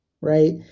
right